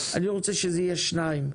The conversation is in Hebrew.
אני רוצה שזה יהיה שניים,